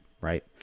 right